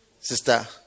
Sister